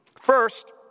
First